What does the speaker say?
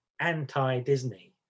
anti-disney